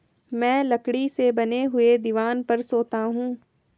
मैं लकड़ी से बने हुए दीवान पर सोता हूं